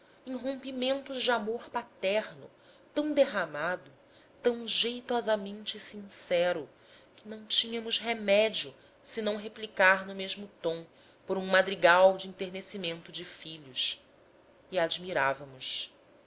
em rompimento de amor paterno tão derramado tão jeitosamente sincero que não tínhamos remédio senão replicar no mesmo tom por um madrigal de enternecimento de filhos e admirávamos